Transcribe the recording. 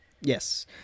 Yes